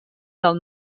del